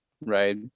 right